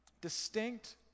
distinct